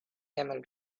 camel